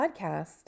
podcast